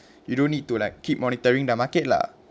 you don't need to like keep monitoring the market lah